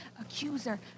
accuser